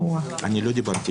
אני קורא אותך